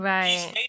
Right